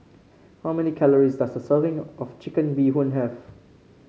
how many calories does a serving of Chicken Bee Hoon have